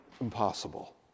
impossible